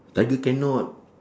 tiger cannot